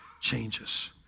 changes